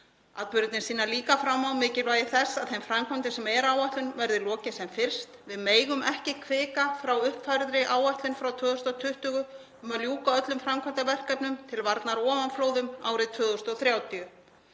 Atburðirnir sýna líka fram á mikilvægi þess að þeim framkvæmdum sem eru á áætlun verði lokið sem fyrst. Við megum ekki hvika frá uppfærðri áætlun frá 2020 um að ljúka öllum framkvæmdaverkefnum til varnar ofanflóðum árið 2030.